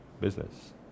business